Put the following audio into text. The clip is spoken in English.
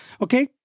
Okay